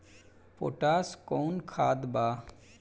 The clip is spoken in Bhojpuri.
पोटाश कोउन खाद बा?